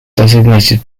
designated